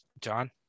John